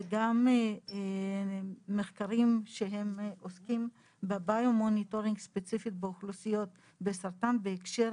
וגם מחקרים שעוסקים בניטור אוכלוסיות ספציפיות בסרטן בהקשר